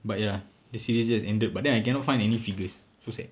but ya the series just ended but then I cannot find any figures so sad